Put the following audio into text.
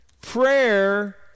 Prayer